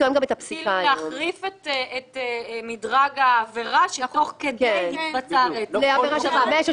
להחריף את מדרג העבירה שתוך כדי ביצועה התבצע הרצח.